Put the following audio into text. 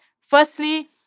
Firstly